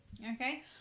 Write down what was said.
Okay